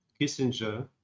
Kissinger